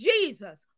Jesus